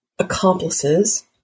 accomplices